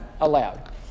allowed